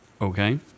Okay